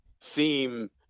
seem